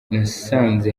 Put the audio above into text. nasanze